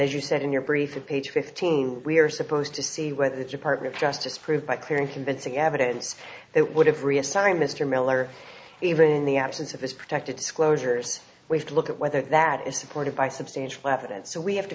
as you said in your brief in page fifteen we are supposed to see whether that your partner of justice proved by clear and convincing evidence it would have reassigned mr miller even in the absence of his protective disclosures we have to look at whether that is supported by substantial evidence so we have to